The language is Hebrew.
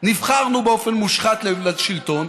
נבחרנו באופן מושחת לשלטון,